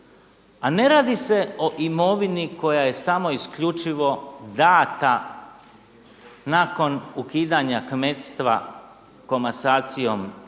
A ne radi se o imovini koja je samo isključivo dana nakon ukidanja kmetstva komasacijom